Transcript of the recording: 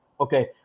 Okay